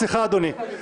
סליחה, אדוני.